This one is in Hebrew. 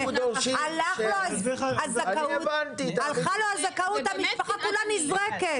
הולכת לו הזכאות ואז המשפחה כולה נזרקת.